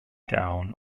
down